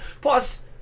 Plus